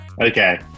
Okay